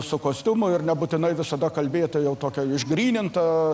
su kostiumu ir nebūtinai visada kalbėti jau tokia išgryninta